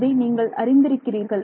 அதை நீங்கள் அறிந்திருக்கிறீர்கள்